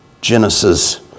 Genesis